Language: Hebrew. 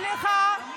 סליחה,